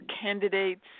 candidates